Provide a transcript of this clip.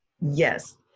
Yes